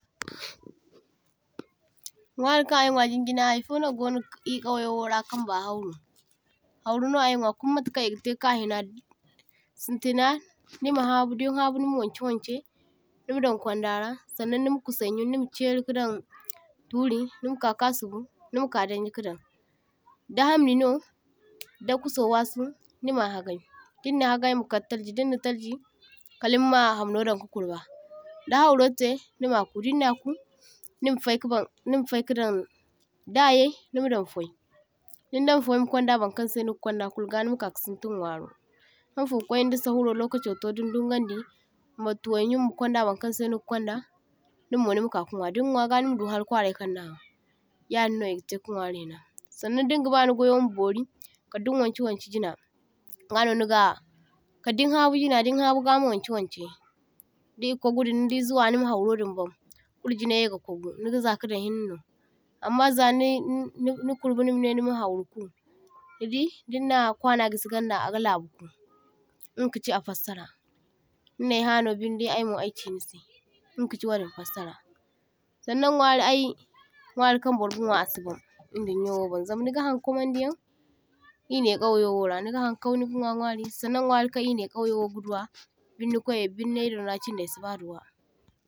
toh-toh Nwa kan ay nwa jin jina ayfo no gono e kawyowora kanba hawru, hawruno ay nwa kuma matukaŋ e gatai kahina. Sintina nima habu din habu nima waŋkey waŋkey nimadan kwandara, sannaŋ nima kusay yun, ni ma chairi kadan turi, nima ka ka sugu nima ka danji kadaŋ. Da hamnino, da kuso wasu nima hagay, din na hagay kal tarji, diŋ na tarji kala nima hawro dan ka kurbah, dahawro tay, nima ku din na ku nima fay kadan nima fay kadan, da’yay nima dan fay, diŋ daŋ fay makwanda burkan sai niga kwanda, kulu ganima ka kasintiŋ nwaro. Hanfo kwayne, da sahur locacho toa din dungandi, ma tuwayyun, makwanda wankan sai niga kwanda nimmo nima ka ka nwa, din nwa ga nimadu hari kwaray kannihaŋ, yadin no e gatay ka nwari hina. Sannan dingaba ni gwayo ma bori kandai ni wanke wanke jina gano niga, kadai nihabu jina gano nima wanke wanke di’kwagudin nidi zuwa nima hawro din baŋ, kulu jinaydiŋ ga kwagu niga zakadan hiŋna no, amma za ni ni ni kurbah nimane nimahawru ku nidi diŋna kwana gisi ganda aga labuku inga kachi a fassara. Ninay hano bindey aymo aychi nisai inga kachi wadin fassara, sannan nwari ay nwari kam burga nwa asiban idunyowobaŋ zama nigahan kwamandiyaŋ e nai kwayowora, niga han kaw, niga nwa nwari sannan nwari kan e nai kawyowo ga duwa birni kwayay binnay dinra chindai se ba duwa.